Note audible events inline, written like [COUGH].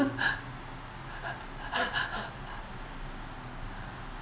[LAUGHS]